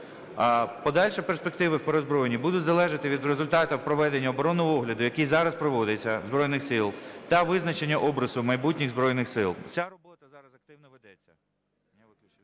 Подальші перспективи в переозброєнні будуть залежати від результатів проведення оборонного огляду, який зараз проводиться, Збройних Сил, та визначення обрису майбутніх Збройних Сил.